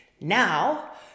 Now